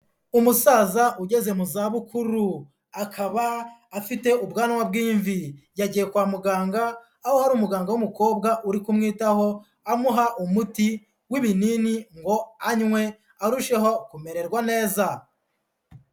Umusaza ugeze mu zabukuru akaba afite ubwanwa bw'imvi, yagiye kwa muganga aho hari umuganga w'umukobwa uri kumwitaho amuha umuti w'ibinini ngo anywe arusheho kumererwa neza.